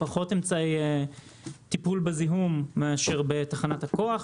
פחות אמצעי טיפול בזיהום מאשר בתחנת הכוח.